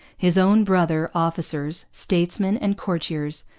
his own brother-officers, statesmen and courtiers,